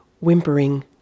whimpering